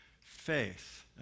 faith